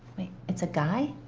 wait. it's a guy?